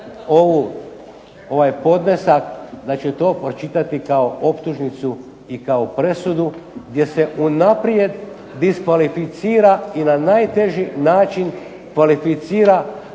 ovaj podnesak da će to pročitati kao optužnicu i kao presudu gdje se unaprijed diskvalificira i na najteži način kvalificira